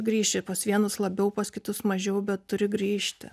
grįši pas vienus labiau pas kitus mažiau bet turi grįžti